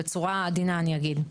בצורה עדינה אני אגיד.